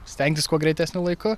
stengtis kuo greitesniu laiku